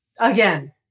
again